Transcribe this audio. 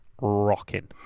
rocking